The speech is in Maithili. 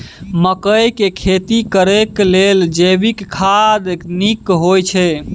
मकई के खेती करेक लेल जैविक खाद नीक होयछै?